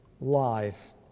lies